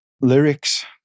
lyrics